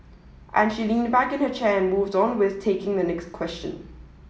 and she leaned back into her chair and moved on with taking the next question